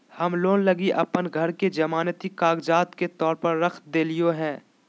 हम लोन लगी अप्पन घर के जमानती कागजात के तौर पर रख देलिओ हें